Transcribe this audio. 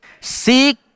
Seek